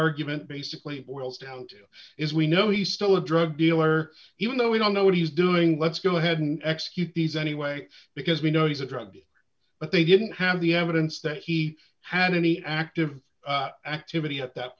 argument basically boils down to is we know he stole a drug dealer even though we don't know what he's doing let's go ahead and execute these anyway because we know he's a drug but they didn't have the evidence that he had any active activity at that